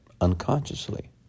unconsciously